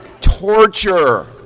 torture